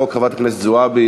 חברת הכנסת רגב,